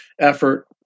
effort